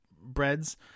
breads